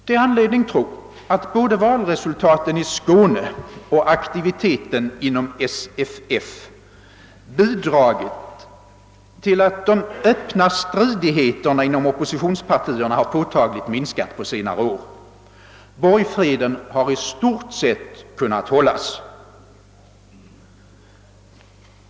Det finns anledning tro att både valresultaten i Skåne och aktiviteten inom SFF bidragit till att de öppna stridigheterna inom oppositionspartierna har minskat påtagligt under de senaste åren. Borgfreden har i stort sett kunnat hållas.